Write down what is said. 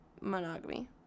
monogamy